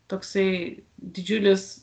toksai didžiulis